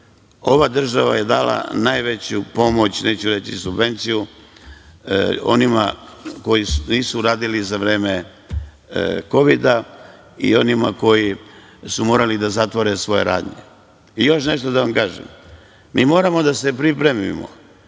ova država je dala najveću pomoć, neću reći subvenciju, onima koji nisu radili za vreme Kovida i onima koji su morali da zatvore svoje radnje.I još nešto da vam kažem, mi moramo da se pripremimo